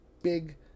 big